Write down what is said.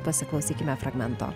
pasiklausykime fragmento